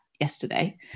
yesterday